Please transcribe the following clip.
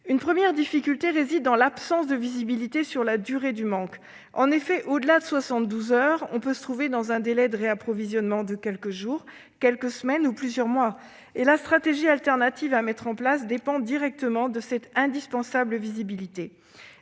Une première difficulté réside dans l'absence de visibilité sur la durée du manque. En effet, au-delà de 72 heures, on peut se trouver dans un délai de réapprovisionnement de quelques jours, quelques semaines ou plusieurs mois, et la stratégie de rechange à mettre en place dépend directement de cette indispensable visibilité.